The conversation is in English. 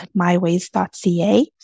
myways.ca